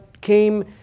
came